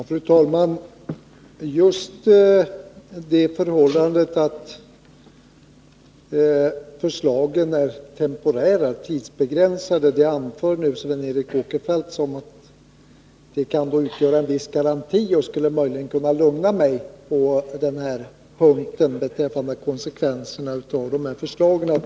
Fru talman! Just det förhållandet att förslagen är tidsbegränsade anför Sven Eric Åkerfeldt som något som möjligen skulle kunna lugna mig när det gäller konsekvenserna av förslagen.